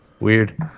weird